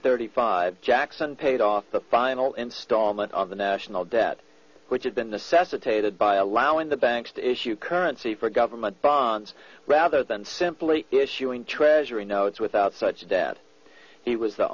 thirty five jackson paid off the final installment of the national debt which had been the sestak dated by allowing the banks to issue currency for government bonds rather than simply issuing treasury notes without such a debt he was the